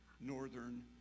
northern